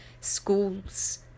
schools